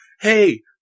Hey